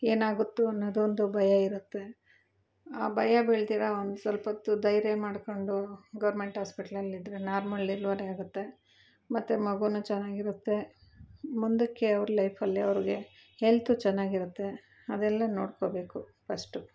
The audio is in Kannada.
ಏನಾಗುತ್ತೊ ಅನ್ನೋದೊಂದು ಭಯ ಇರುತ್ತೆ ಆ ಭಯ ಬೀಳದಿರ ಒಂದು ಸ್ವಲ್ಪೊತ್ತು ಧೈರ್ಯ ಮಾಡಿಕೊಂಡು ಗೋರ್ಮೆಂಟ್ ಹಾಸ್ಪಿಟ್ಲಲ್ಲಿದ್ರೆ ನಾರ್ಮಲ್ ಡಿಲ್ವರಿ ಆಗುತ್ತೆ ಮತ್ತು ಮಗು ಚೆನ್ನಾಗಿರುತ್ತೆ ಮುಂದಕ್ಕೆ ಅವ್ರ ಲೈಫಲ್ಲಿ ಅವರಿಗೆ ಹೆಲ್ತ್ ಚೆನ್ನಾಗಿರತ್ತೆ ಅದೆಲ್ಲ ನೋಡಿಕೊಬೇಕು ಫಸ್ಟು